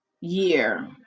year